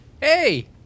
Hey